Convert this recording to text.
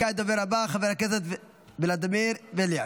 כעת הדובר הבא, חבר הכנסת ולדימיר בליאק.